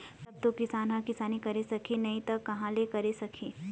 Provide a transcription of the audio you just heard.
तब तो किसान ह किसानी करे सकही नइ त कहाँ ले करे सकही